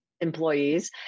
employees